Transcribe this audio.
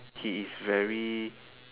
he is very